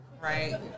right